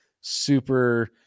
super